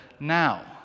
now